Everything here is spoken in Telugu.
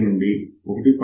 1 నుండి 1